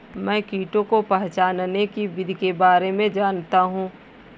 मैं कीटों को पहचानने की विधि के बारे में जनता हूँ